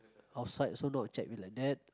outside also not check until like that